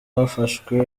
hafashwe